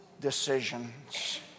decisions